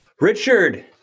Richard